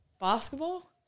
basketball